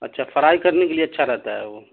اچھا فرائی کرنے کے لیے اچھا رہتا ہے وہ